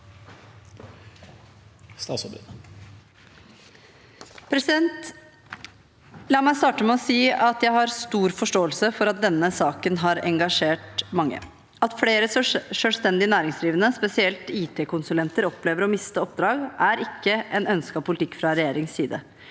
La meg starte med å si at jeg har stor forståelse for at denne saken har engasjert mange. At flere selvstendig næringsdrivende, spesielt IT-konsulenter, opplever å miste oppdrag, er ikke ønsket politikk fra regjeringens side.